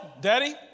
daddy